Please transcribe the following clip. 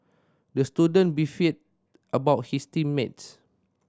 the student beefed about his team mates